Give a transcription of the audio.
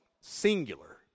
singular